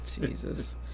Jesus